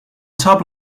top